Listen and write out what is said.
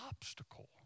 obstacle